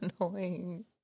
annoying